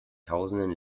tausenden